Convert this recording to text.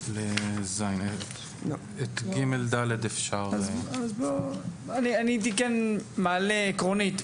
אני כן הייתי מעלה את השאלה העקרונית: